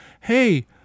Hey